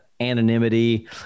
anonymity